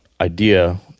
idea